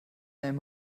einem